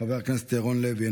חבר הכנסת ירון לוי,